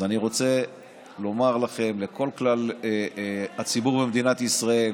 אז אני רוצה לומר לכם, לכלל הציבור במדינת ישראל: